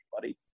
buddy